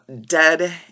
dead